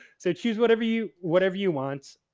so, choose whatever you, whatever you want.